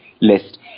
list